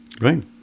Right